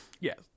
Yes